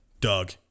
Doug